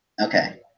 Okay